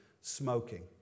smoking